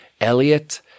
Elliot